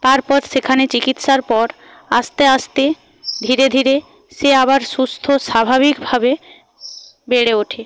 তারপর সেখানে চিকিৎসার পর আস্তে আস্তে ধীরে ধীরে সে আবার সুস্থ স্বাভাবিকভাবে বেড়ে ওঠে